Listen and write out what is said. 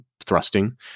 thrusting